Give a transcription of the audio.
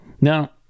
now